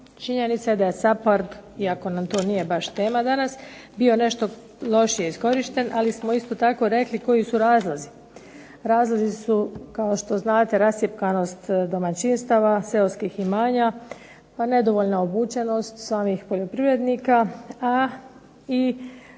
Činjenica je da je SAPARD iako nam to baš nije tema danas bio nešto lošije iskorišten ali smo isto tako rekli koji su razlozi. Razlozi su kao što znate rascjepkanost domaćinstava, seoskih imanja, pa nedovoljna obučenost samih poljoprivrednika a i poticaji